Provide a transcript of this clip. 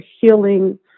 healing